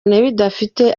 bidafite